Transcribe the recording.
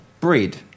bread